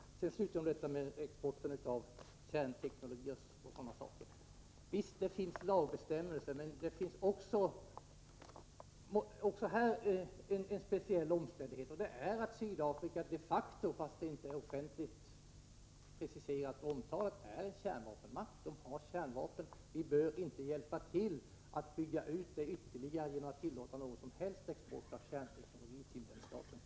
Visst finns det lagbestämmelser när det gäller exporten av kärnteknologi och sådana saker, men det finns också här en speciell omständighet och det är att Sydafrika de facto, fast det inte är offentligt preciserat och omtalat, är en kärnvapenmakt och har kärnvapen. Vi bör inte hjälpa till att bygga ut detta ytterligare genom att tillåta någon som helst export av kärnteknologi till den staten.